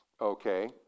Okay